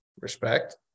Respect